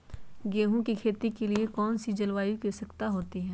गेंहू की खेती के लिए कौन सी जलवायु की आवश्यकता होती है?